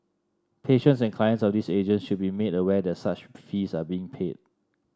patients and clients of these agents should be made aware that such fees are being paid